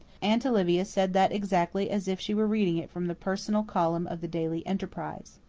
aunt olivia said that exactly as if she were reading it from the personal column of the daily enterprise.